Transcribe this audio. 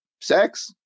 sex